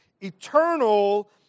eternal